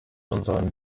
unseren